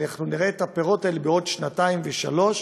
ואנחנו נראה את הפירות בעוד שנתיים ושלוש.